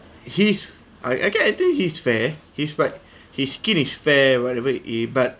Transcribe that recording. he's I get I think he's fair he's but his skin is fair whatever eh but